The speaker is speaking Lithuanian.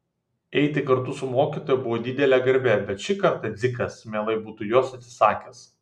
eiti kartu su mokytoja buvo didelė garbė bet šį kartą dzikas mielai būtų jos atsisakęs